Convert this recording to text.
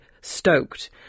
stoked